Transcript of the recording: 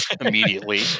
immediately